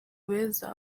beza